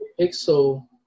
pixel